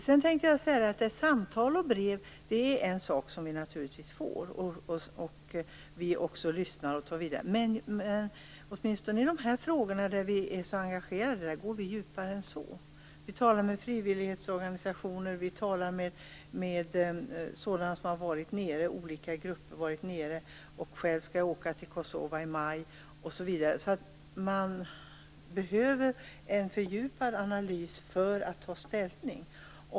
Fru talman! Jag står gärna på samma barrikader som statsrådet om vi kämpar för de här sakerna. Vi får naturligtvis samtal och brev, och vi lyssnar och tar del av dem. Men åtminstone i de här frågorna, där vi är så engagerade, går vi djupare än så. Vi talar med frivilligorganisationer och med olika grupper som har varit där nere. Jag skall själv åka till Kosova i maj. Man behöver alltså en fördjupad analys för att ta ställning.